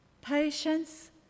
patience